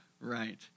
right